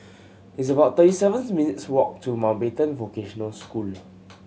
it's about thirty seven minutes' walk to Mountbatten Vocational School